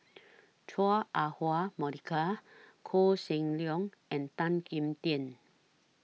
Chua Ah Huwa Monica Koh Seng Leong and Tan Kim Tian